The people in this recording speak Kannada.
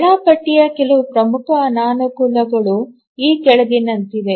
ವೇಳಾಪಟ್ಟಿಯ ಕೆಲವು ಪ್ರಮುಖ ಅನಾನುಕೂಲಗಳು ಈ ಕೆಳಗಿನಂತಿವೆ